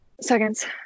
Seconds